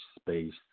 space